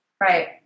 Right